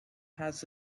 has